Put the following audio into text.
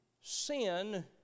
Sin